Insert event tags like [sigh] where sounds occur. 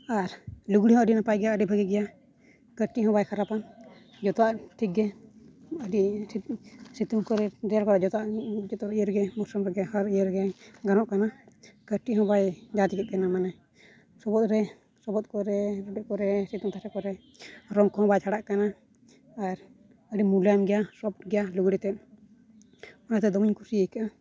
ᱟᱨ ᱞᱩᱜᱽᱲᱤ ᱦᱚᱸ ᱟᱹᱰᱤ ᱱᱟᱯᱟᱭ ᱜᱮᱭᱟ ᱟᱹᱰᱤ ᱵᱷᱟᱹᱜᱤ ᱜᱮᱭᱟ ᱠᱟᱹᱴᱤᱡᱦᱚᱸ ᱵᱟᱭ ᱠᱷᱟᱨᱟᱯᱟ ᱡᱚᱛᱚᱣᱟᱜ ᱴᱷᱤᱠᱜᱮ ᱟᱹᱰᱤ ᱴᱷᱤᱠ ᱥᱤᱛᱩᱝ ᱠᱚᱨᱮ ᱰᱷᱮᱨ ᱵᱟ ᱡᱚᱛᱚ ᱫᱤᱱ ᱨᱮᱜᱮ [unintelligible] ᱤᱭᱟᱹ ᱨᱮᱜᱮ ᱜᱟᱱᱚᱜ ᱠᱟᱱᱟ ᱠᱟᱹᱴᱤᱡᱦᱚᱸ ᱵᱟᱭ [unintelligible] ᱢᱟᱱᱮ [unintelligible] ᱠᱚᱨᱮ ᱨᱚᱝ ᱠᱚᱦᱚᱸ ᱵᱟᱭ ᱪᱷᱟᱰᱟᱜ ᱠᱟᱱᱟ ᱟᱨ ᱟᱹᱰᱤ ᱢᱩᱞᱟᱭᱚᱢ ᱜᱮᱭᱟ ᱥᱚᱯᱷᱴ ᱜᱮᱭᱟ ᱞᱩᱜᱽᱲᱤ ᱛᱮᱫ ᱚᱱᱟᱛᱮ ᱫᱚᱢᱮᱧ ᱠᱩᱥᱤ ᱠᱟᱜᱼᱟ